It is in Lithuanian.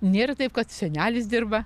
nėra taip kad senelis dirba